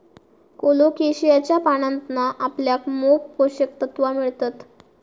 कोलोकेशियाच्या पानांतना आपल्याक मोप पोषक तत्त्वा मिळतत